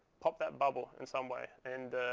pop that bubble in some way and